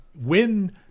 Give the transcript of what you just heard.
win